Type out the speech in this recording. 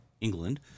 England